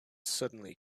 suddenly